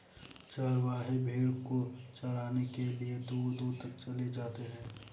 चरवाहे भेड़ को चराने के लिए दूर दूर तक चले जाते हैं